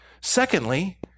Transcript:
Secondly